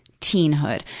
teenhood